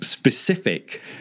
specific